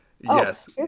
Yes